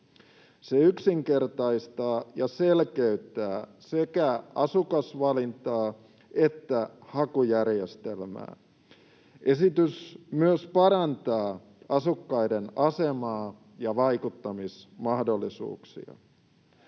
Se yksinkertaistaa ja selkeyttää sekä asukasvalintaa että hakujärjestelmää. Esitys myös parantaa asukkaiden asemaa ja vaikuttamismahdollisuuksia.